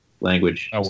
language